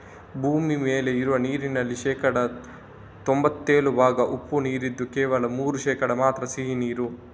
ಭೂಮಿ ಮೇಲೆ ಇರುವ ನೀರಿನಲ್ಲಿ ಶೇಕಡಾ ತೊಂಭತ್ತೇಳು ಭಾಗ ಉಪ್ಪು ನೀರಿದ್ದು ಕೇವಲ ಮೂರು ಶೇಕಡಾ ಮಾತ್ರ ಸಿಹಿ ನೀರು